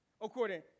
according